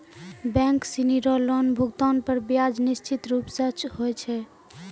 bank सिनी रो loan भुगतान पर ब्याज निश्चित रूप स होय छै